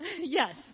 Yes